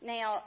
Now